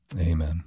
Amen